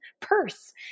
purse